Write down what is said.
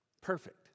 Perfect